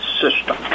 system